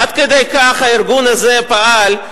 עד כדי כך הארגון הזה פעל,